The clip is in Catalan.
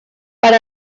per